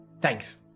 Thanks